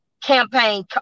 campaign